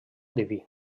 diví